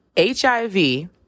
HIV